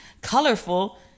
colorful